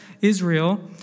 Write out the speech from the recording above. Israel